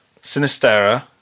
Sinistera